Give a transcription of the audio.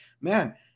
man